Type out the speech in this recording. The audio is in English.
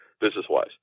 business-wise